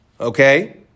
Okay